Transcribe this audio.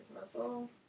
muscle